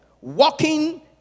walking